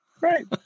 right